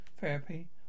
Therapy